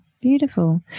beautiful